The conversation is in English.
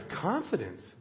confidence